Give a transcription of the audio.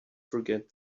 forget